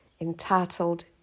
entitled